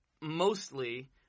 mostly